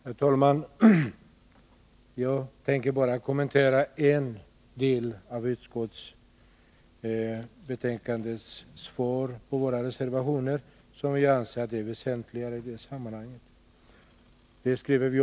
Herr talman! Jag tänker bara kommentera en del av utskottsbetänkandets svar på våra motioner som jag anser vara väsentlig i sammanhanget.